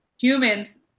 humans